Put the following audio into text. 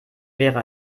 wäre